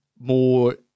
more